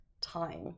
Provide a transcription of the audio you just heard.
time